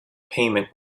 payment